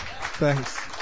Thanks